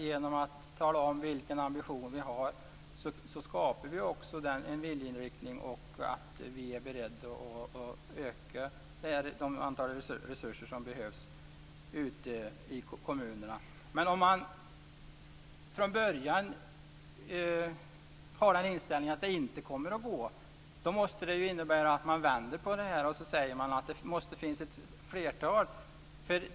Genom att tala om vilken ambition vi har skapar vi också en viljeinriktning och visar att vi är beredda att öka de resurser som behövs ute i kommunerna. Men att man från början har den inställningen att det inte kommer att gå, måste ju innebära att man vänder på detta och säger att det måste finnas fler specialskolor.